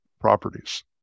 properties